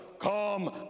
Come